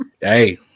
Hey